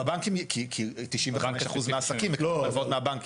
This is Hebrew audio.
בבנקים, כי 95% מהעסקים מקבלים הלוואות מהבנקים.